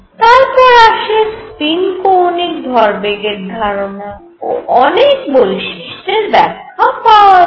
তারপর আসে স্পিন কৌণিক ভরবেগের ধারণা ও অনেক বৈশিষ্টের ব্যাখ্যা পাওয়া যায়